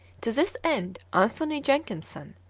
to this end anthony jenkinson,